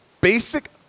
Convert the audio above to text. basic